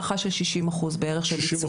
הערכה של 60% בערך שביצעו את הבדיקות.